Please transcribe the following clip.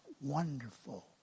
wonderful